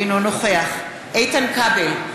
אינו נוכח איתן כבל,